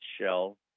shell